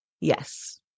Yes